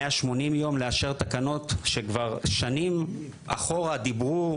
180 יום לאשר תקנות שכבר שנים אחורה דיברו,